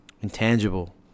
intangible